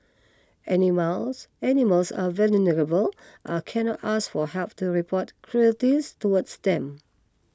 animals animals are vulnerable and cannot ask for help to report cruelties towards them